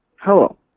Hello